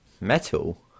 Metal